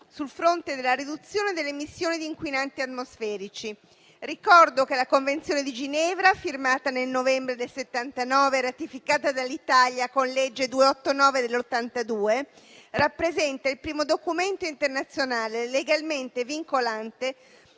sul fronte della riduzione delle emissioni di inquinanti atmosferici. Ricordo che la Convenzione di Ginevra, firmata nel novembre del 1979 e ratificata dall'Italia con la legge n. 289 del 1982, rappresenta il primo documento internazionale legalmente vincolante